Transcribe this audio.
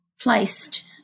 placed